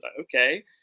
Okay